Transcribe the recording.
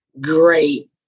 great